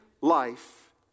life